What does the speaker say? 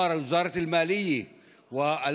אנשי בית ג'ן הגנו בגופם על אדמתם ועל